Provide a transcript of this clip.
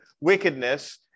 wickedness